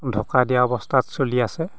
ঢকা দিয়া অৱস্থাত চলি আছে